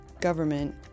government